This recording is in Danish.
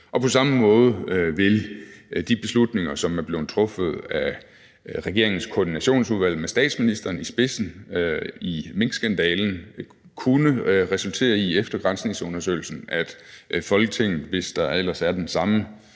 På samme måde vil de beslutninger, som er blevet truffet af regeringens Koordinationsudvalg med statsministeren i spidsen i minkskandalen, kunne resultere i efter granskningsundersøgelsen, at Folketinget, hvis der ellers er den samme